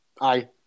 Aye